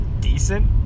decent